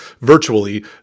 virtually